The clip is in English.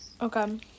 okay